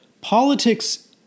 politics